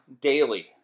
daily